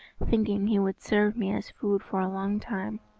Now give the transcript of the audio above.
thinking he would serve me as food for a long time.